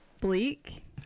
bleak